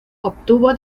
obtuvo